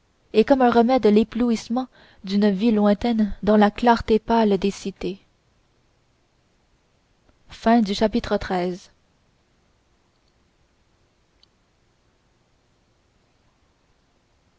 et comme un remède l'éblouissement d'une vie lointaine dans la clarté pâle des cités chapitre